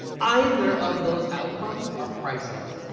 either of those outcomes are priceless.